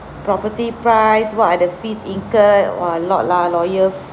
property price what are the fees incurred !wah! a lot lah lawyers